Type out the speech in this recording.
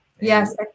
Yes